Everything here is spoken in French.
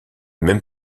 même